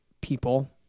people